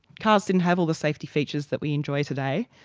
cars didn't have all the safety features that we enjoy today.